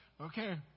Okay